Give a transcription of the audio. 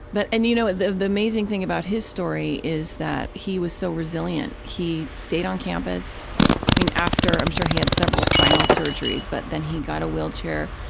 but, and, you know, the amazing thing about his story is that he was so resilient. he stayed on campus. i mean, after i'm sure he had several spinal surgeries, but then he got a wheelchair,